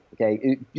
Okay